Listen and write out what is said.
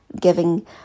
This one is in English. giving